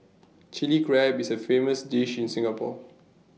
Chilli Crab is A famous dish in Singapore